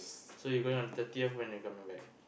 so you going on the thirtieth when you coming back